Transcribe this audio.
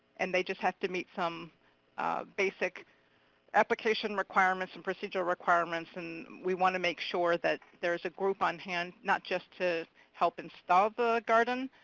and they just have to meet some basic application requirements and procedural requirements. and we want to make sure that there's a group on hand, not just to help install the garden,